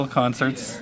concerts